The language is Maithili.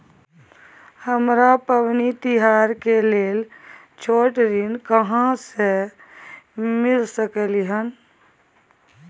हमरा पबनी तिहार के लेल छोट ऋण कहाँ से मिल सकलय हन?